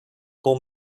call